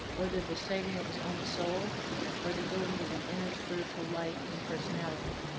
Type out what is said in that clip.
whether the saving of his own soul or the building of an inner spiritual life and personality?